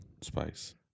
spice